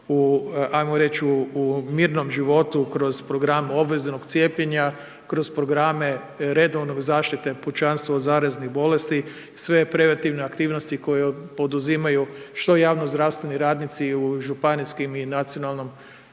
u mirnom životu kroz program obveznog cijepljenja, kroz programe redovnog zaštite pučanstava od zarazne bolesti, sve preventivne aktivnosti koje poduzimaju što javnozdravstveni radnici u županijskim i nacionalnom